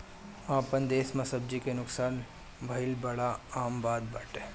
आपन देस में सब्जी के नुकसान भइल बड़ा आम बात बाटे